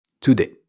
today